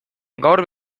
gaur